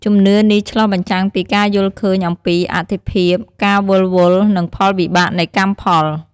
ជំនឿនេះឆ្លុះបញ្ចាំងពីការយល់ឃើញអំពីអត្ថិភាព ការវិលវល់ និងផលវិបាកនៃកម្មផល។